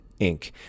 Inc